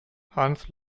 hans